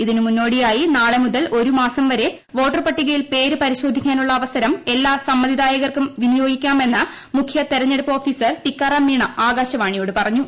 ഇതിന് മുന്നോടിയായി നാളെ മുതൽ ഒരു മാസം വരെ വോട്ടർ പട്ടികയിൽ പേര് പരിശോധിക്കാനുള്ള അവസരം എല്ലാ സമ്മതിദായകരും വിനിയോഗിക്കണമെന്ന് മുഖ്യ തെരഞ്ഞെടുപ്പ് ഓഫീസർ ടിക്കാറാം മീണ ആകാശവാണിയോട് പറഞ്ഞു